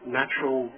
natural